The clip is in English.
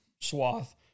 swath